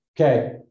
Okay